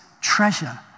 treasure